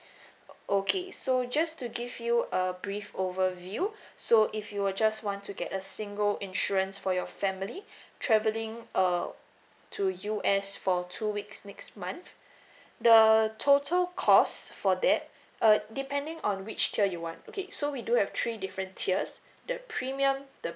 o~ okay so just to give you a brief overview so if you're just want to get a single insurance for your family travelling uh to U_S for two weeks next month the total cost for that uh depending on which tier you want okay so we do have three different tiers the premium the